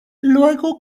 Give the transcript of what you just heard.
luego